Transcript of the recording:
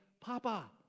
Papa